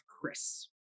Chris